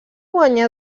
guanyà